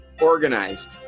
organized